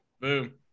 boom